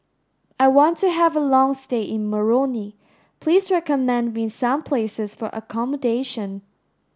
I want to have a long stay in Moroni please recommend me some places for accommodation